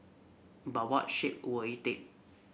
but what shape will it take